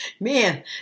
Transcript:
Man